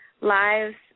lives